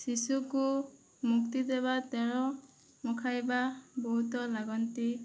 ଶିଶୁକୁ ମୁକ୍ତି ଦେବା ତେଲ ନଖାଇବା ବହୁତ ଲାଗନ୍ତି